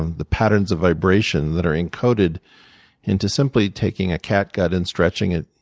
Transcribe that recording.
and the patterns of vibration that are encoded into simply taking a cat gut and stretching it